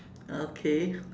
okay